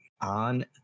on